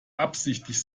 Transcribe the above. absichtlich